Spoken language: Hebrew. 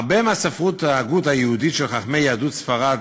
הרבה מספרות ההגות היהודית של חכמי יהדות ספרד